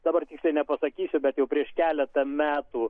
dabar tiksliai nepasakysiu bet jau prieš keletą metų